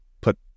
put